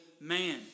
man